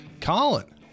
colin